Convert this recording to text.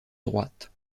droite